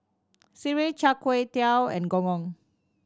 sireh Char Kway Teow and Gong Gong